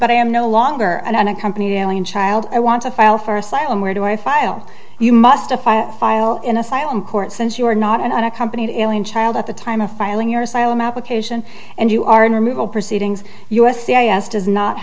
but i am no longer an unaccompanied alien child i want to file for asylum where do i file you must file in asylum court since you are not an unaccompanied alien child at the time of filing your asylum application and you are in removal proceedings u s c i s does not